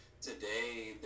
today